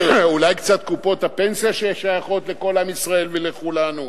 אולי קצת קופות הפנסיה ששייכות לכל עם ישראל ולכולנו.